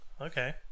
Okay